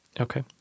Okay